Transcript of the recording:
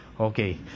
Okay